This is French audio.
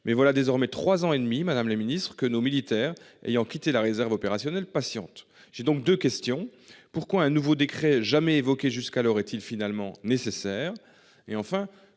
mais voilà désormais 3 ans et demi. Madame le Ministre que nos militaires ayant quitté la réserve opérationnelle patiente. J'ai donc de questions. Pourquoi un nouveau décret jamais évoqué jusqu'à l'aurait-il finalement nécessaire